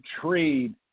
trade